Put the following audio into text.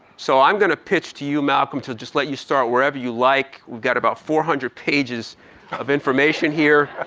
so i'm gonna pitch to you malcolm to just let you start wherever you like. we've got about four hundred pages of information here